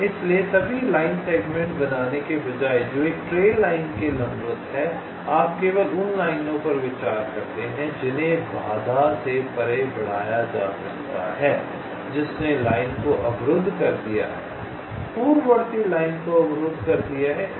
इसलिए सभी line segment बनाने के बजाय जो एक ट्रेल लाइन के लंबवत हैं आप केवल उन लाइनों पर विचार करते हैं जिन्हें बाधा से परे बढ़ाया जा सकता है जिसने लाइन को अवरुद्ध कर दिया है पूर्ववर्ती लाइन को अवरुद्ध कर दिया है